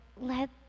let